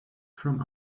from